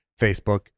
Facebook